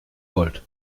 volt